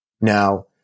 Now